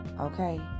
okay